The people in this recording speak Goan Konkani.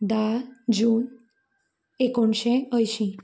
धा जून एकोणशे अंयशीं